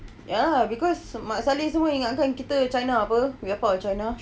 ya because mat salleh semua ingat kita china apa we are part of china